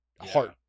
Heart